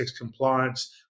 compliance